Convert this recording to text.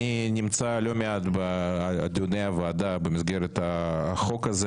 אני נמצא לא מעט בדיוני הוועדה במסגרת החוק הזה